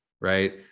right